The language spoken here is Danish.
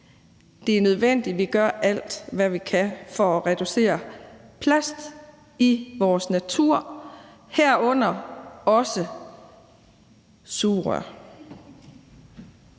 det er nødvendigt, at vi gør alt, hvad vi kan, for at reducere plast i vores natur, herunder også sugerør.